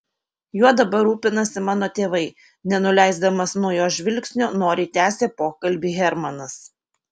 juo dabar rūpinasi mano tėvai nenuleisdamas nuo jos žvilgsnio noriai tęsė pokalbį hermanas